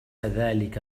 ذلك